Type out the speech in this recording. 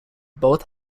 both